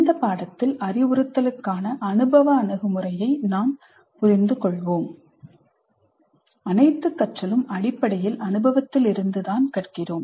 இந்த பாடத்தில் அறிவுறுத்தலுக்குகான அனுபவ அணுகுமுறையை நாம் புரிந்து கொள்வோம் அனைத்து கற்றலும் அடிப்படையில் அனுபவத்திலிருந்து தான் கற்கிறோம்